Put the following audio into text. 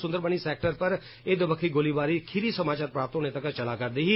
Sunderbani sector पर ए दबक्खी गोलीबारी खीरी समाचार प्राप्त होने तगर चला करदी ही